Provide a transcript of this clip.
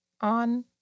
on